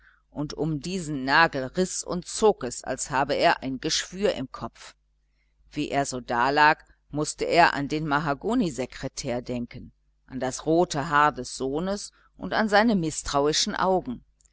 und um diesen nagel riß und zog es als habe er ein geschwür im kopf wie er so dalag mußte er an den mahagonisekretär denken an das rote haar des sohnes und an seine mißtrauischen augen